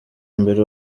mbere